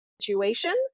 situation